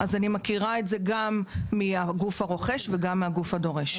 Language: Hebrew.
אני מכירה את זה גם מהגוף הרוכש וגם מהגוף הדורש.